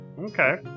Okay